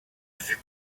fut